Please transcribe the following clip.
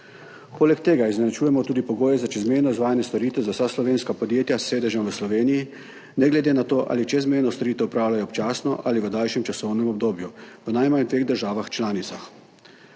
Poleg tega izenačujemo tudi pogoje za čezmejno izvajanje storitev za vsa slovenska podjetja s sedežem v Sloveniji, ne glede na to, ali čezmejno storitev opravljajo občasno ali v daljšem časovnem obdobju v najmanj dveh državah članicah.